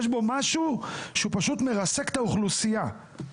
יש בו משהו שהוא פשוט מרסק את האוכלוסייה,